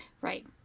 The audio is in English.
Right